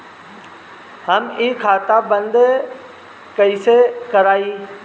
हम इ खाता बंद कइसे करवाई?